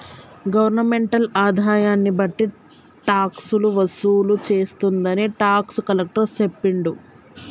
governmental ఆదాయన్ని బట్టి టాక్సులు వసూలు చేస్తుందని టాక్స్ కలెక్టర్ సెప్పిండు